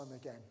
again